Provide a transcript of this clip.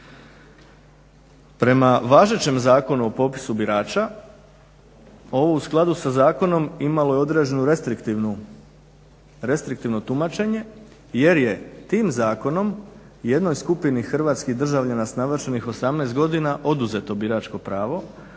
Prema važećem Zakonu o popisu birača ovo u skladu sa zakonom imalo je određeno restriktivno tumačenje jer je tim zakonom jednoj skupini hrvatskih državljana s navršenih 18 godina oduzeto biračko pravo,